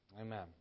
Amen